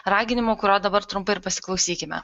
raginimo kurio dabar trumpai ir pasiklausykime